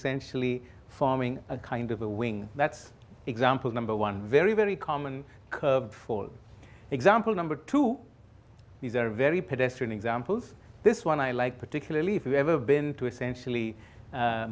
essentially forming a kind of a wing that's example number one very very common for example number two these are very pedestrian examples this one i like particularly if you've ever been to essentially